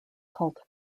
cult